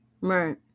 right